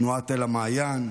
תנועת אל המעיין,